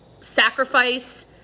sacrifice